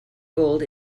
gold